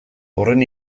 horren